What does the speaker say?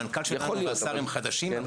המנכ"ל שלנו והשר הם חדשים,